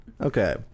Okay